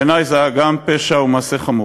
בעיני זה היה גם פשע ומעשה חמור.